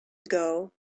ago